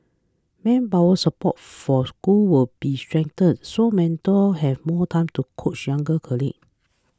manpower support for schools will be strengthened so mentors have more time to coach younger colleagues